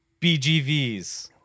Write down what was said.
BGVs